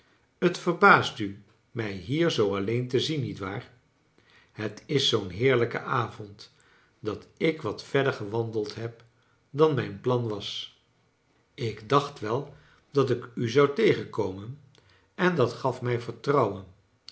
het verbaast u mij hier zoo alleen te zien nietwaar het is zoom heerlijke avond dat ik wat verder gewandeld heb dan mijn plan was ik dacht wel dat ik u zou tegenkomen en dat gaf mij vertrouwen